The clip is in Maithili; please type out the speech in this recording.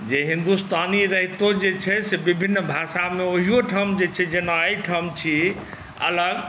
जे हिन्दुस्तानी रहितो जे छै से विभिन्न भाषामे ओहिओठाम जे छै जेना एहिठाम छी अलग